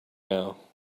now